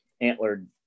antlered